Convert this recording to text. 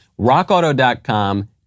rockauto.com